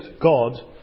God